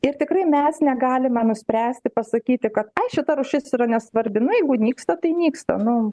ir tikrai mes negalime nuspręsti pasakyti kad ai šita rūšis yra nesvarbi na jeigu nyksta tai nyksta nu